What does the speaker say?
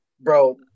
Bro